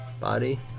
Body